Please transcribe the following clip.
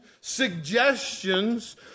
suggestions